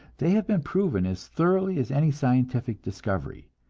they have been proven as thoroughly as any scientific discovery,